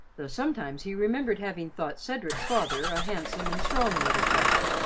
though sometimes he remembered having thought cedric's father a handsome and strong little fellow.